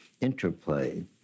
interplay